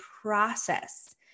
process